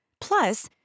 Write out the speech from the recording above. Plus